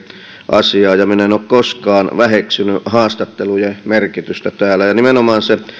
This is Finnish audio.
asiaa minä en ole koskaan väheksynyt haastattelujen merkitystä täällä nimenomaan se